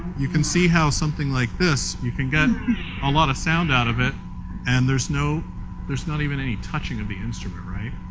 you can see how something like this, you can get a lot of sound out of it and there's no there's not even any touching of the instrument, right?